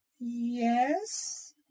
Yes